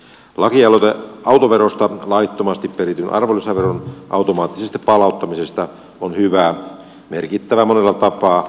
lakialoite autoverosta laittomasti perityn arvonlisäveron automaattisesta palauttamisesta on hyvä merkittävä monella tapaa ja hyvin perusteltu